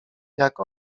jak